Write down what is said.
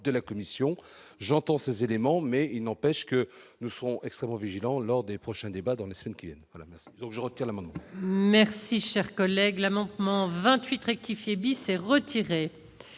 de la commission, j'entends ces éléments mais il n'empêche que nous serons extrêmement vigilants lors des prochains débats dans les semaines qui viennent, donc je retire l'amendement. Merci, cher collègue, l'amant ment 28 rectifier bis s'est retiré.